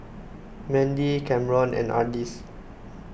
Mendy Camron and Ardis